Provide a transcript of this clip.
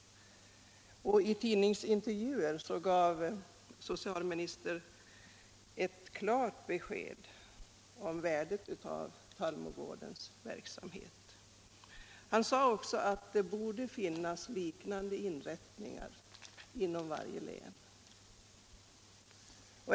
I tidningsintervjuer gav socialministern ett klart besked om värdet av Tallmogårdens verksamhet. Han sade också att det borde finnas liknande inrättningar i varje län.